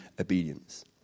obedience